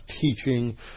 teaching